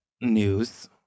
news